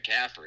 McCaffrey